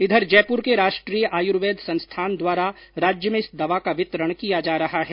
इधर जयपुर के राष्ट्रीय आयुर्वेद संस्थान द्वारा राज्य में इस दवा का वितरण किया जा रहा है